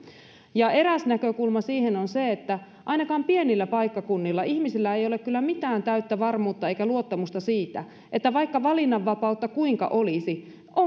eräs näkökulma siihen on se että ainakaan pienillä paikkakunnilla ihmisillä ei ole kyllä mitään täyttä varmuutta eikä luottamusta siitä että vaikka valinnanvapautta kuinka olisi onko